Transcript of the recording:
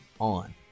on